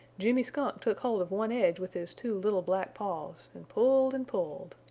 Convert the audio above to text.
jimmy skunk took hold of one edge with his two little black paws and pulled and pulled.